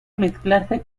mezclarse